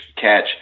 catch